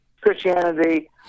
Christianity